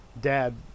dad